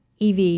EV